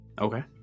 Okay